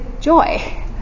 joy